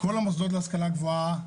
כל המוסדות להשכלה הגבוהה,